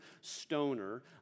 Stoner